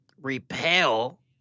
repel